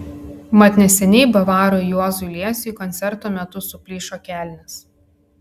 mat neseniai bavarui juozui liesiui koncerto metu suplyšo kelnės